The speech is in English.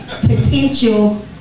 potential